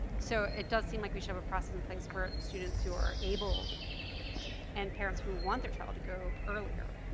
so it does seem like we should have a process in place for students who are able and parents who want their child to go earlier